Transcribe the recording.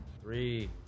Three